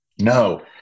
no